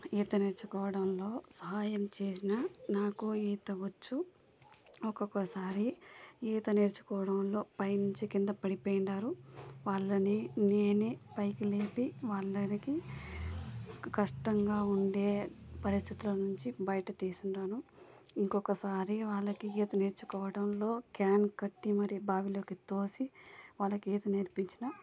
ఈత నేర్చుకోవడంలో సహాయం చేసిన నాకు ఈత వచ్చు ఒక్కొక్కసారి ఈత నేర్చుకోవడంలో పైనుంచి కింద పడిపోయినారు వాళ్ళని నేనే పైకి లేపి వాళ్లకి కష్టంగా ఉండే పరిస్థితుల నుంచి బయట తీసి ఉన్నాను ఇంకొకసారి వాళ్ళకి ఈత నేర్చుకోవడంలో క్యాన్ కట్టి మరి బావిలోకి తోసి వాళ్ళకి ఈత నేర్పించిన